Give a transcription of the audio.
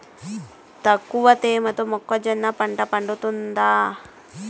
తక్కువ తేమతో మొక్కజొన్న పంట పండుతుందా?